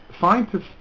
Scientists